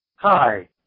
Hi